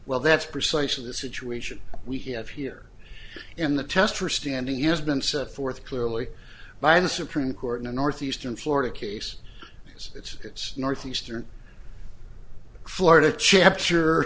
well that's precisely the situation we have here in the test for standing has been set forth clearly by the supreme court in the northeastern florida case it's it's northeastern florida chapter